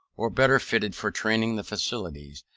or better fitted for training the faculties,